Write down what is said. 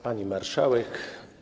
Pani Marszałek!